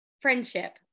friendship